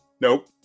Nope